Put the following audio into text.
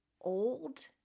old